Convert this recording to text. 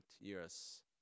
years